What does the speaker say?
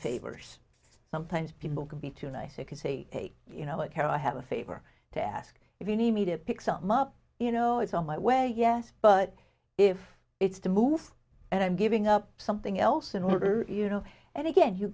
favors sometimes people can be too nice if you say you know or care i have a favor to ask if you need me to pick some up you know it's on my way yes but if it's to move and i'm giving up something else in order you know and again you